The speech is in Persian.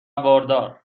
باردار